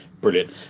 Brilliant